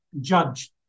judge